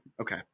okay